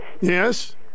Yes